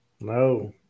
no